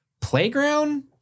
playground